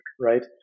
right